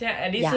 yeah